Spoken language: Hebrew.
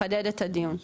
לחדד את הדיון.